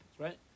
right